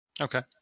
Okay